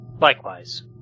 likewise